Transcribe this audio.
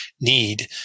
need